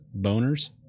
boners